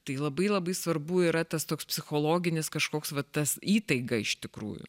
tai labai labai svarbu yra tas toks psichologinis kažkoks va tas įtaiga iš tikrųjų